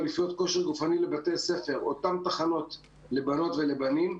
באליפויות כושר גופני לבתי ספר - אותן תחנות לבנות ולבנים.